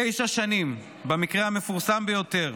תשע שנים במקרה המפורסם ביותר,